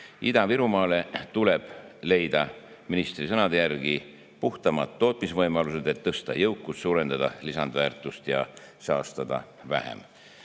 Ida-Virumaale tuleb leida ministri sõnade järgi puhtamad tootmisvõimalused, et tõsta jõukust, suurendada lisandväärtust ja saastada vähem. Samuti